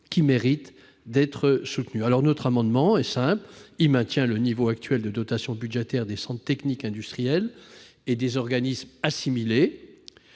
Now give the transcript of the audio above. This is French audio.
méritent d'être soutenus. Notre amendement est simple : il vise à maintenir le niveau actuel de dotations budgétaires des centres techniques industriels et des organismes assimilés.